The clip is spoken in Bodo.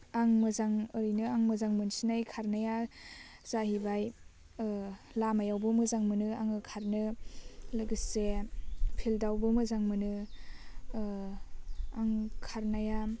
आं मोजां ओरैनो आं मोजां मोनसिननाय खारनाया जाहैबाय लामायावबो मोजां मोनो आङो खारनो लोगोसे फिल्डावबो मोजां मोनो आं खारनाया